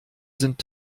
sind